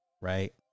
Right